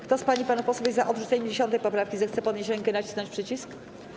Kto z pań i panów posłów jest za odrzuceniem 10. poprawki, zechce podnieść rękę i nacisnąć przycisk.